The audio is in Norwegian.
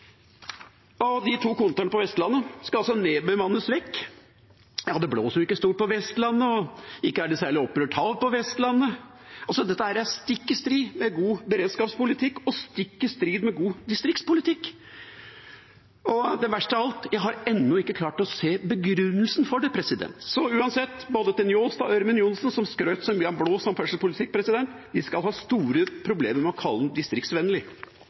De to kontorene på Vestlandet skal altså nedbemannes vekk. Det blåser jo ikke stort på Vestlandet, ikke er det noe særlig opprørt hav der heller. Dette er stikk i strid med god beredskapspolitikk og stikk i strid med god distriktspolitikk. Verst av alt er at jeg ennå ikke har klart å se begrunnelsen for det. Uansett, til både Njåstad og Ørmen Johnsen, som skrøt så mye av blå samferdselspolitikk: De skal ha store problemer med å kalle den distriktsvennlig.